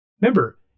Remember